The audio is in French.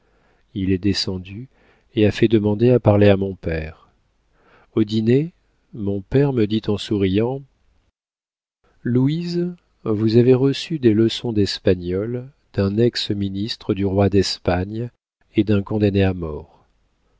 il est descendu et a fait demander à parler à mon père au dîner mon père me dit en souriant louise vous avez reçu des leçons d'espagnol d'un ex ministre du roi d'espagne et d'un condamné à mort